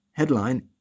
headline